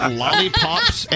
lollipops